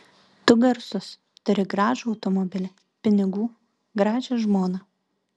tu garsus turi gražų automobilį pinigų gražią žmoną